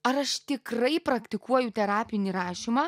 ar aš tikrai praktikuoju terapinį rašymą